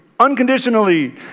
unconditionally